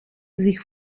zich